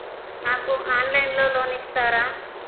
నాకు ఆన్లైన్లో లోన్ ఇస్తారా?